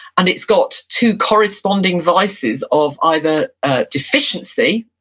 and it's got two corresponding vices of either ah deficiency,